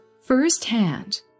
firsthand